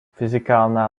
fyzikálna